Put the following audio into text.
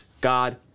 God